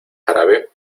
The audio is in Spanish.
jarabe